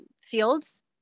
fields